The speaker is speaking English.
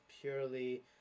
purely